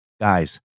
guys